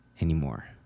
anymore